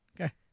Okay